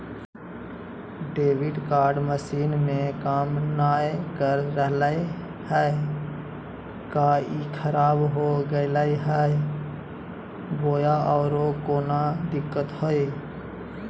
Debit card machine में काम नाय कर रहले है, का ई खराब हो गेलै है बोया औरों कोनो दिक्कत है?